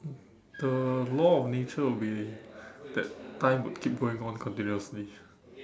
the law of nature will be that time will keep going on continuously